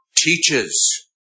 teaches